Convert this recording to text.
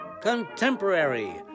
contemporary